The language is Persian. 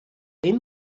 این